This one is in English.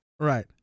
Right